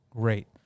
great